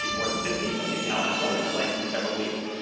more than sixteen million. now, unemployment claims in several weeks,